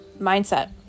mindset